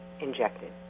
injected